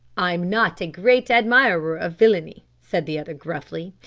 i'm not a great admirer of villainy, said the other gruffly,